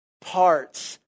parts